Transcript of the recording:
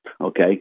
okay